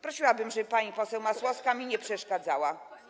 Prosiłabym, żeby pani poseł Masłowska mi nie przeszkadzała.